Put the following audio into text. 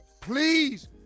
Please